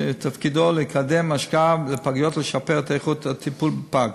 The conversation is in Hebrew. שתפקידו לקדם השקעה בפגיות ולשפר את איכות הטיפול בפג.